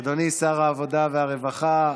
אדוני שר העבודה והרווחה,